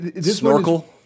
snorkel